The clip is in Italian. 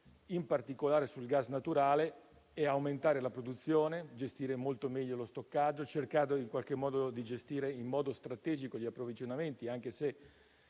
in particolare sul gas naturale, è aumentare la produzione, gestire molto meglio lo stoccaggio e in modo strategico gli approvvigionamenti, anche se